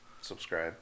Subscribe